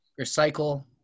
recycle